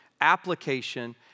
application